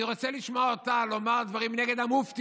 אני רוצה לשמוע אותה אומרת דברים נגד המופתי,